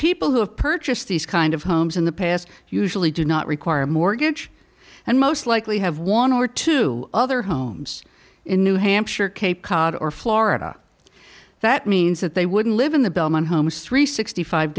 people who have purchased these kind of homes in the past usually do not require a mortgage and most likely have one or two other homes in new hampshire cape cod or florida that means that they wouldn't live in the bellman homes three sixty five